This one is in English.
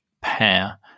pair